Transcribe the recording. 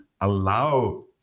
allow